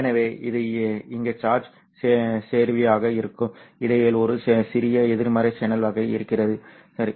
எனவே இது இங்கே சார்ஜ் செறிவாக இருக்கும் இடையில் ஒரு சிறிய எதிர்மறை சேனல் வகை இருக்கிறது சரி